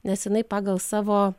neseniai pagal savo